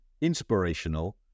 inspirational